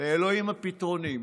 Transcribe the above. לאלוהים הפתרונים.